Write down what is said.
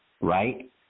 right